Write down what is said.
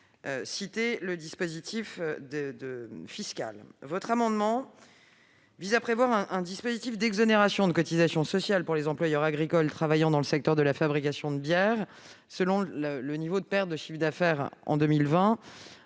citer le dispositif fiscal. Ces amendements visent à établir l'exonération de cotisations sociales pour les employeurs agricoles travaillant dans le secteur de la fabrication de bière, selon le niveau de perte de chiffre d'affaires en 2020.